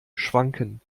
schwanken